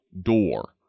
door